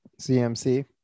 CMC